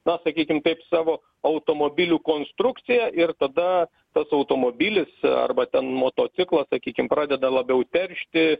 na sakykim taip savo automobilių konstrukciją ir tada tas automobilis arba ten motociklas sakykim pradeda labiau teršti